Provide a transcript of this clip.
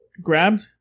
grabbed